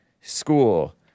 school